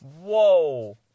Whoa